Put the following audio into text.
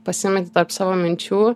pasimeti tarp savo minčių